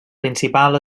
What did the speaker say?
principal